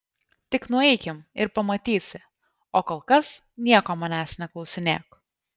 tik nueikim ir pamatysi o kol kas nieko manęs neklausinėk